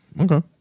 Okay